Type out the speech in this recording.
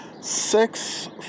Six